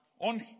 on